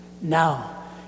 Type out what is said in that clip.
now